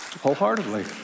wholeheartedly